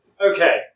Okay